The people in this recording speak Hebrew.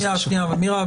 מירה,